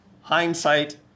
hindsight